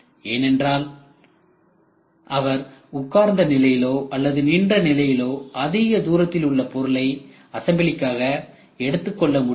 ஏனென்றால் அவர் உட்கார்ந்த நிலையிலோ அல்லது நின்ற நிலையிலோ அதிக தூரத்தில் உள்ள பொருளை அசம்பிளிகாக எடுத்துக்கொள்ள முடியாது